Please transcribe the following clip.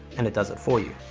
and it does it for you.